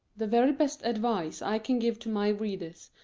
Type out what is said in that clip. the very best advice i can give to my readers,